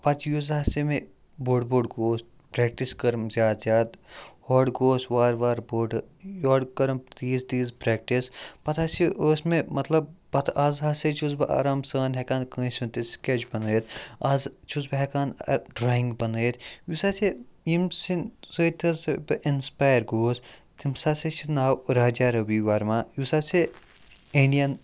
پَتہٕ یُس ہَسا مےٚ بوٚڑ بوٚڑ گوس پرٛیٚکٹِس کٔرٕم زیادٕ زیادٕ ہوڑٕ گوس وارٕ وارٕ بوٚڑ یورٕ کٔرٕم تیٖژ تیٖژ پرٛٮ۪کٹِس پَتہٕ ہَسا ٲس مےٚ مطلب پَتہٕ آز ہَسا چھُس بہٕ آرام سان ہٮ۪کان کٲنٛسہِ ہُنٛد تہِ سکیٚچ بَنٲیِتھ آز چھُس بہٕ ہٮ۪کان ڈراِنٛگ بَنٲیِتھ یُس ہَسا ییٚمۍ سنٛدۍ سۭتۍ ہَس بہٕ اِنَسپایر گوس تٔمِس ہَسا چھُ ناو راجا ربی ورما یُس ہَسا اِنڈیَن